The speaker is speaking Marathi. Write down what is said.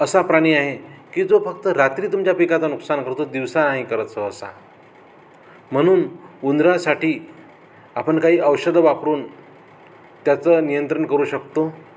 असा प्राणी आहे की जो फक्त रात्री तुमच्या पिकाचा नुकसान करतो दिवसा नाही करत सहसा म्हणून उंदरासाठी आपण काही औषधं वापरून त्याचं नियंत्रण करू शकतो